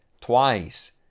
twice